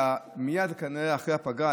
אלא כנראה מייד אחרי הפגרה,